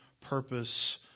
purpose